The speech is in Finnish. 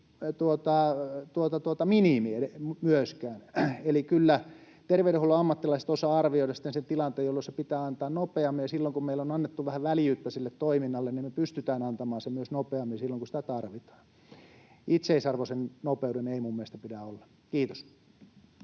minimi. Eli kyllä terveydenhuollon ammattilaiset osaavat arvioida sitten sen tilanteen, jolloin se pitää antaa nopeammin. Silloin, kun meille on annettu vähän väljyyttä sille toiminnalle, me pystytään antamaan se myös nopeammin silloin, kun sitä tarvitaan. Itseisarvo sen nopeuden ei minun mielestäni pidä olla. — Kiitos.